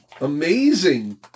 Amazing